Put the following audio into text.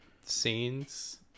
scenes